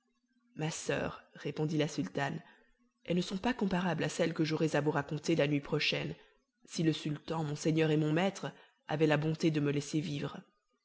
ma soeur répondit la sultane elles ne sont pas comparables à celles que j'aurais à vous raconter la nuit prochaine si le sultan mon seigneur et mon maître avait la bonté de me laisser vivre